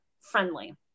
friendly